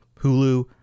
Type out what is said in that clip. Hulu